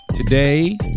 Today